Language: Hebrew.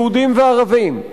יהודים וערבים,